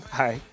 hi